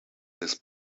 his